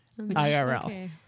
IRL